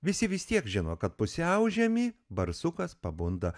visi vis tiek žino kad pusiaužiemį barsukas pabunda